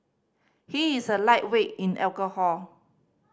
he is a lightweight in alcohol